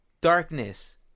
Darkness